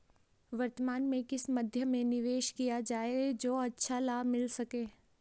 वर्तमान में किस मध्य में निवेश किया जाए जो अच्छा लाभ मिल सके?